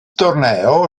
torneo